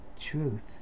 truth